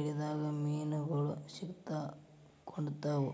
ಎಳದಾಗ ಮೇನುಗಳು ಸಿಕ್ಕಾಕೊತಾವ